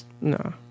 No